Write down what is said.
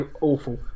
awful